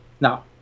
Now